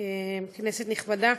כנסת נכבדה,